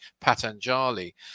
Patanjali